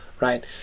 right